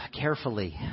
carefully